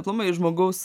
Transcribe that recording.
aplamai žmogaus